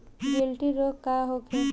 गिल्टी रोग का होखे?